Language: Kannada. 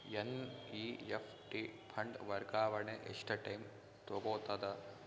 ಎನ್.ಇ.ಎಫ್.ಟಿ ಫಂಡ್ ವರ್ಗಾವಣೆ ಎಷ್ಟ ಟೈಮ್ ತೋಗೊತದ?